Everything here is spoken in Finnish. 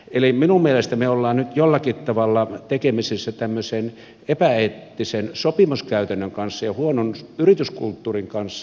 eli minun mielestäni me olemme nyt jollakin tavalla tekemisissä tämmöisen epäeettisen sopimuskäytännön kanssa ja huonon yrityskulttuurin kanssa